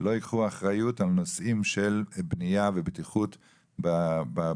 לא יקחו אחריות על נושאים של בנייה ובטיחות בבנייה,